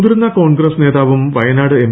മുതിർന്ന കോൺഗ്രസ് നേതാവും വയനാട് എം